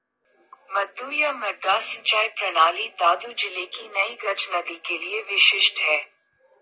मद्दू या मड्डा सिंचाई प्रणाली दादू जिले की नई गज नदी के लिए विशिष्ट है